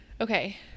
Okay